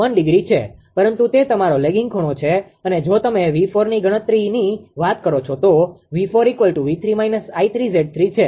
1° છે પરંતુ તે તમારો લેગીંગ ખૂણો છે અને જો તમે 𝑉4ની ગણતરીની વાત કરો છો તો 𝑉4 𝑉3 − 𝐼3𝑍3 છે